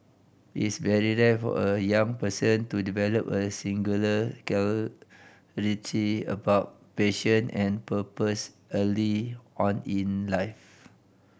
it's very rare for a young person to develop a singular clarity about passion and purpose early on in life